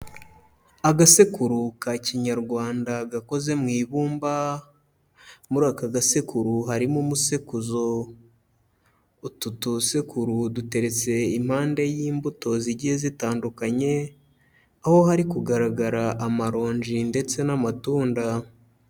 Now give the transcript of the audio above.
Agasekuru ka Kinyarwanda gakoze mu ibumba, muri aka gasekuru harimo umusekuzo, utu dusekuru duteretse impande y'imbuto zigiye zitandukanye aho hari kugaragara amaronji ndetse n'amatunda.